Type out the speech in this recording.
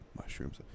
mushrooms